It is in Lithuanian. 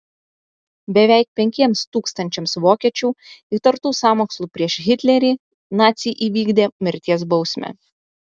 beveik penkiems tūkstančiams vokiečių įtartų sąmokslu prieš hitlerį naciai įvykdė mirties bausmę